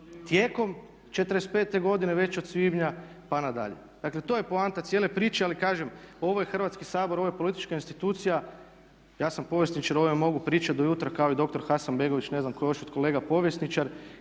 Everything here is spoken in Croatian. tijekom '45. godine već od svibnja pa nadalje. Dakle to je poanta cijele priče ali kažem ovo je Hrvatski sabor, ovo je politička institucija, ja sam povjesničar o ovome mogu pričati do jutra kao i doktor Hasanbegović, ne znam tko je još od kolega povjesničar